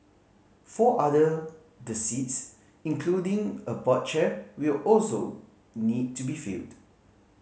four other the seats including a board chair will also need to be filled